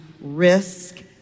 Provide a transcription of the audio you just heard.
risk